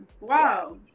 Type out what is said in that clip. wow